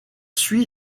suit